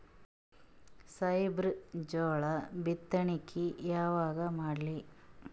ಸಾಹೇಬರ ಜೋಳ ಬಿತ್ತಣಿಕಿ ಯಾವಾಗ ಮಾಡ್ಲಿ?